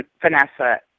Vanessa